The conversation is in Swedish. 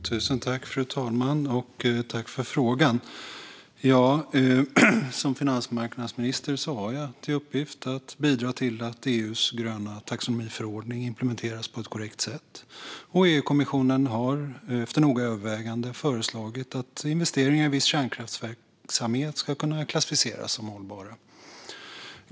Fru talman! Jag tackar för frågan. Som finansmarknadsminister har jag till uppgift att bidra till att EU:s gröna taxonomiförordning implementeras på ett korrekt sätt, och EU-kommissionen har efter noggrant övervägande föreslagit att investeringar i viss kärnkraftsverksamhet ska kunna klassificeras som hållbara.